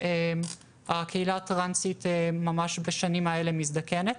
שהקהילה הטרנסית ממש בשנים האלה מזדקנת,